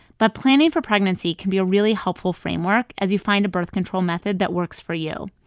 but planning for pregnancy can be a really helpful framework as you find a birth control method that works for you.